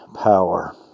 power